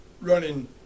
running